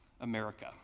America